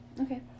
Okay